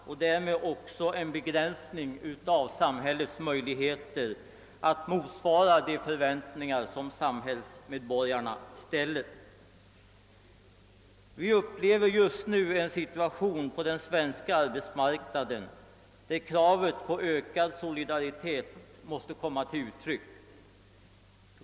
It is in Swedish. En skattesänkning skulle medföra en begränsning av samhällets möjligheter att mot svara de förväntningar som samhällsmedborgarna har. Vi upplever just nu en situation på den svenska arbetsmarknaden där kravet på ökad solidaritet måste tillgodoses.